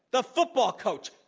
the football coach,